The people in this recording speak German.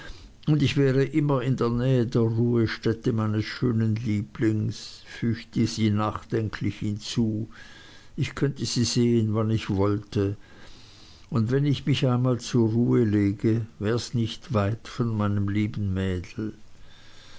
und ich wäre immer in der nähe der ruhestätte meines schönen lieblings fügte sie nachdenklich hinzu ich könnte sie sehen wann ich wollte und wenn ich mich einmal zur ruhe lege wärs nicht weit von meinem lieben mädel